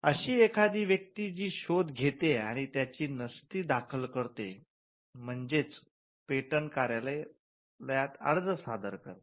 अशी एखादी व्यक्ती जी शोध घेते आणि त्याची नस्ती दाखल करते म्हणजेच पेटंट कार्यालयात अर्ज सादर करते